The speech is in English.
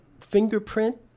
fingerprint